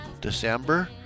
december